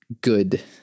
good